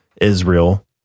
Israel